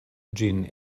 ĝin